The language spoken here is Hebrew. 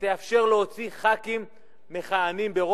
שתאפשר להוציא חברי כנסת מכהנים שחוצים